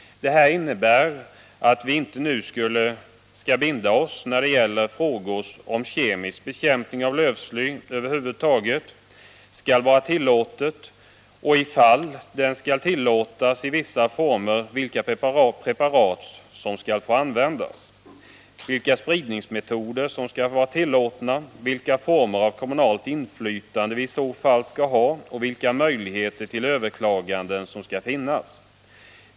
Det här innebär att vi inte nu skall binda oss när det gäller sådana frågor som om kemisk bekämpning av lövsly över huvud taget skall vara tillåten och - ifall den skall tillåtas i vissa former — vilka preparat som skall få användas, vilka spridningsmetoder som skall vara tillåtna. vilka former av kommunalt inflytande som vi i så fall skall ha och vilka möjligheter till överklaganden som skall finnas.